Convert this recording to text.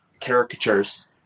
caricatures